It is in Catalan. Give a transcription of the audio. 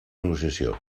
negociació